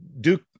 Duke